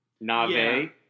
Nave